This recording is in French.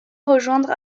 rejoindre